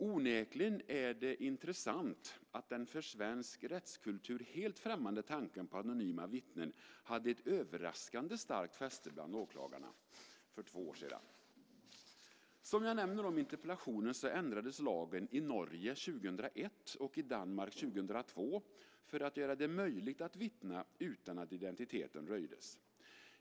Onekligen är det intressant att den för svensk rättskultur helt främmande tanken på anonyma vittnen hade ett överraskande starkt fäste bland åklagarna för två år sedan. Som jag nämner i interpellationen ändrades lagen i Norge 2001 och i Danmark 2002 för att göra det möjligt att vittna utan att identiteten röjdes.